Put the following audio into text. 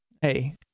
Hey